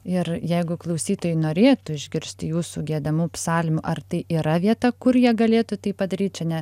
ir jeigu klausytojai norėtų išgirsti jūsų giedamų psalmių ar tai yra vieta kur jie galėtų tai padaryt čia ne